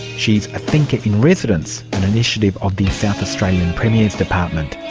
she's a thinker-in-residence, an initiative of the south australian premier's department.